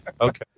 Okay